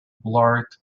blurt